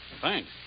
Thanks